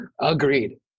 Agreed